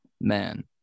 man